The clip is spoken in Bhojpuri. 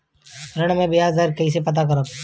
ऋण में बयाज दर कईसे पता करब?